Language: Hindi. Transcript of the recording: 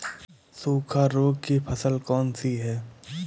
सूखा रोग की फसल कौन सी है?